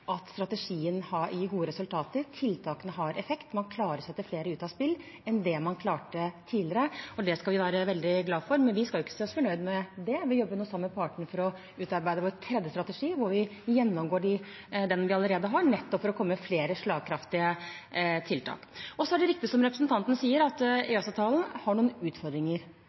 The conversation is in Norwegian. at strategien gir gode resultater. Tiltakene har effekt, man klarer å sette flere ut av spill enn det man klarte tidligere. Det skal vi være veldig glad for. Men vi skal ikke si oss fornøyd med det. Vi jobber nå sammen med partene for å utarbeide vår tredje strategi, hvor vi gjennomgår dem vi allerede har, nettopp for å komme med flere slagkraftige tiltak. Så er det riktig som representanten sier, at EØS-avtalen har noen utfordringer,